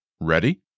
Ready